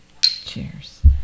Cheers